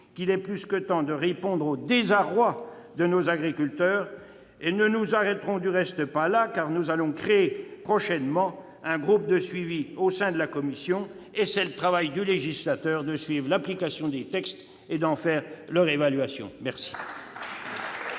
qu'il est plus que temps de répondre au désarroi de nos agriculteurs. Nous ne nous arrêterons du reste pas là, car nous créerons prochainement un groupe de suivi au sein de la commission. Très bonne idée ! C'est en effet le travail du législateur de suivre l'application des textes et d'en faire l'évaluation. La